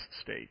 state